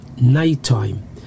nighttime